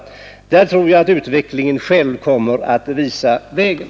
Där tror jag att utvecklingen själv kommer att visa vägen.